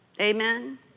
Amen